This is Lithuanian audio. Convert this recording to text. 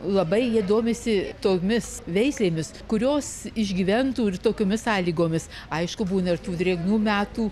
labai jie domisi tomis veislėmis kurios išgyventų ir tokiomis sąlygomis aišku būna ir tų drėgnų metų